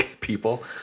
people